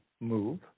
move